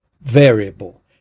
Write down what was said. variable